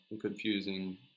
confusing